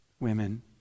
women